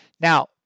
Now